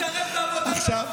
מתערב בעבודת המפכ"ל,